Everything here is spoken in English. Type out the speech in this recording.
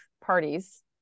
parties